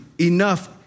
enough